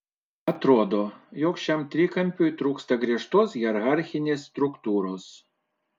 atrodo jog šiam trikampiui trūksta griežtos hierarchinės struktūros